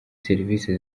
serivisi